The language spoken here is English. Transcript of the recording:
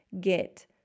get